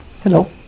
Hello